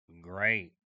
great